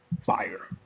Fire